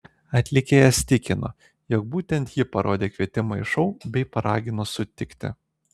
atlikėjas tikino jog būtent ji parodė kvietimą į šou bei paragino sutikti